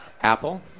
Apple